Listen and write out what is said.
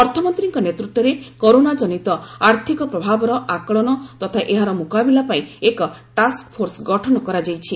ଅର୍ଥମନ୍ତ୍ରୀଙ୍କ ନେତୃତ୍ୱରେ କରୋନା ଜନିତ ଆର୍ଥିକ ପ୍ରଭାବର ଆକଳନ ତଥା ଏହାର ମୁକାବିଲା ପାଇଁ ଏକ ଟାସ୍କଫୋର୍ସ ଗଠନ କରାଯାଇଛି